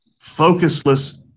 focusless